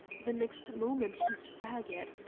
the next moment he staggered.